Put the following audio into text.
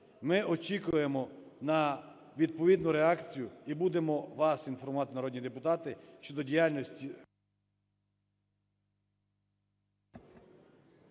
Ми очікуємо на відповідну реакцію, і будемо вас інформувати, народні депутати, щодо діяльності…